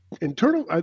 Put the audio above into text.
internal